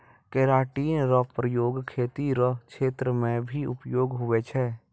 keratin रो प्रयोग खेती रो क्षेत्र मे भी उपयोग हुवै छै